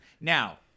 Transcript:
Now